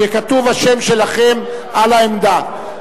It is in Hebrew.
שכתוב השם שלכם על העמדה.